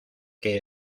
que